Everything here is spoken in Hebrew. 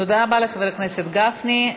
תודה רבה לחבר הכנסת גפני.